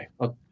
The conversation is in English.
Okay